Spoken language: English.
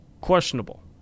Questionable